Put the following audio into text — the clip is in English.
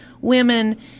women